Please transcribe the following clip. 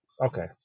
Okay